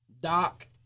Doc